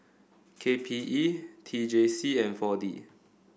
K P E T J C and four D